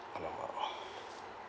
!alamak!